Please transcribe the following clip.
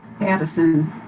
Addison